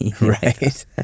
Right